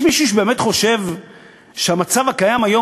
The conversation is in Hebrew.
יש מישהו שבאמת חושב שהמצב הקיים היום